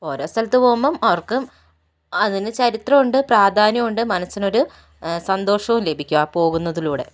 ഓരോ സ്ഥലത്ത് പോവുമ്പോൾ അവർക്ക് അതിന് ചരിത്രം ഉണ്ട് പ്രാധാന്യം ഉണ്ട് മനസ്സിനൊരു സന്തോഷവും ലഭിക്കും ആ പോവുന്നതിലൂടെ